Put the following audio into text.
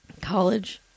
college